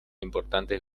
importantes